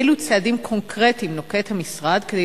אילו צעדים קונקרטיים נוקט המשרד כדי